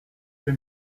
peu